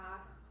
past